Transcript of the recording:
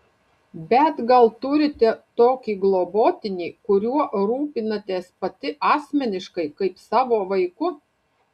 bet gal turite tokį globotinį kuriuo rūpinatės pati asmeniškai kaip savo vaiku